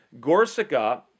Gorsica